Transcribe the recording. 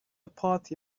party